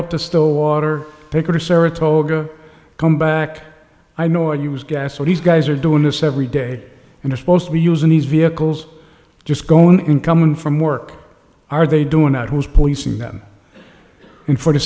up to still water pik or saratoga come back i know i use gas so he's guys are doing this every day and they're supposed to be using these vehicles just going in coming from work are they doing that who's policing them and for the